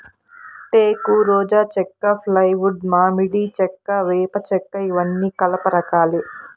టేకు, రోజా చెక్క, ఫ్లైవుడ్, మామిడి చెక్క, వేప చెక్కఇవన్నీ కలప రకాలే